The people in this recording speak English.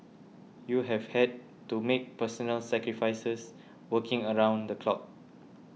you have had to make personal sacrifices working around the clock